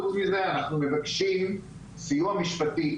חוץ מזה, אנחנו מבקשים סיוע משפטי.